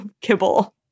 kibble